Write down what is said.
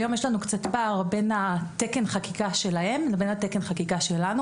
היום יש לנו קצת פער בין תקן החקיקה שלהם לבין תקן החקיקה שלנו.